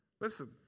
Listen